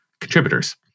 contributors